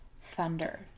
Thunder